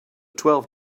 twelve